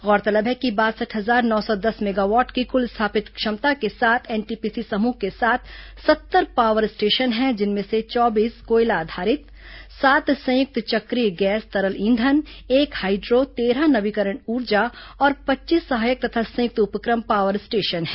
गौरतलब है कि बासठ हजार नौ सौ दस मेगावाट की कुल स्थापित क्षमता के साथ एनटीपीसी समूह के साथ सत्तर पावर स्टेशन है जिनमें से चौबीस कोयला आधारित सात संयुक्त चक्रीय गैस तरल ईंधन एक हाइड्रो तेरह नवीकरण ऊर्जा और पच्चीस सहायक तथा संयुक्त उपक्रम पावर स्टेशन हैं